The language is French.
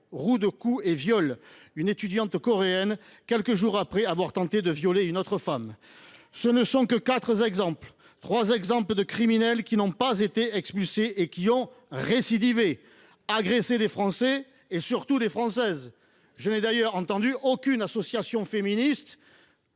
roue de coups et viole une étudiante coréenne quelques jours après avoir tenté de violer une autre femme. Ce ne sont que quelques exemples de criminels qui n’ont pas été expulsés et qui ont récidivé, en agressant des Français et surtout des Françaises. Je n’ai d’ailleurs entendu aucune association féministe